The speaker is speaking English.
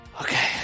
Okay